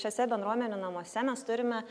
šiuose bendruomenių namuose mes turime